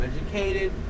educated